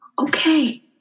okay